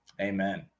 Amen